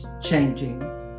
changing